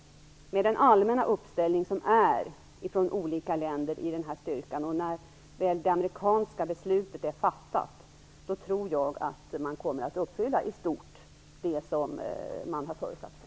Med den allmänna uppställning som olika länder gör i den här styrkan och när väl det amerikanska beslutet är fattat tror jag att man i stort kommer att uppfylla det som man har föresatt sig.